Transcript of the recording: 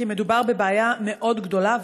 כי מדובר בבעיה מאוד גדולה,